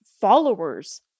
followers